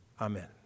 Amen